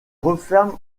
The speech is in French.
referme